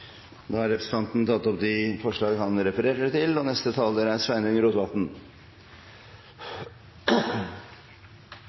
Da har representanten Lise Christoffersen tatt opp det forslaget hun refererte til. Det er